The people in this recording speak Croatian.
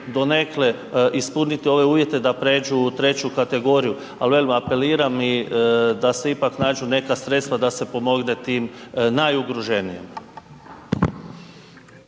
donekle ispuniti ove uvjete da prijeđu u 3. kategoriju, ali velim apeliram i da se ipak nađu neka sredstva da se pomogne tim najugroženijim.